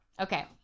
Okay